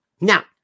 Now